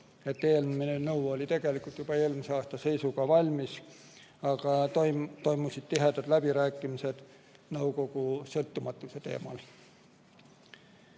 et eelnõu oli tegelikult juba eelmisel aastal valmis, aga toimusid tihedad läbirääkimised nõukogu sõltumatuse teemal.